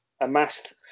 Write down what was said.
amassed